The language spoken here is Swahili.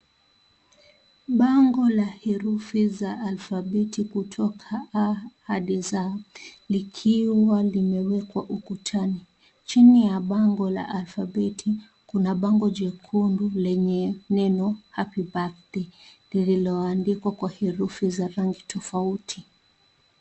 Bango la herufi za alphabeti kutoka A hadi Z likiwa limewekwa ukutani chini la bango la alphabeti kuna bango jekundu lenye neno happy birthday lililoandikwa kwa herufi za rangi tofauti.